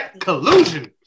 Collusion